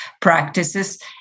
practices